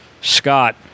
Scott